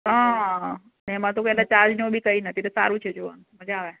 એમાં તો પેલા ચાર્જ ને એવું બી કંઈ નથી તો સારું છે જોવાનું મજા આવે